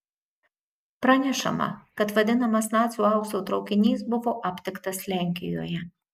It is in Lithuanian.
pranešama kad vadinamas nacių aukso traukinys buvo aptiktas lenkijoje